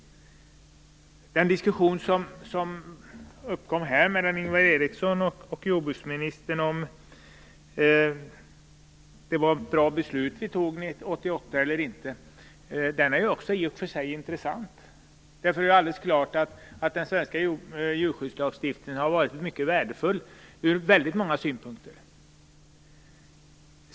Den diskussion som uppkom här mellan Ingvar Eriksson och jordbruksministern om huruvida det var ett bra beslut som fattades 1988 eller inte är också i och för sig intressant. Det är alldeles klart att den svenska djurskyddslagstiftningen har varit mycket värdefull ur väldigt många synpunkter.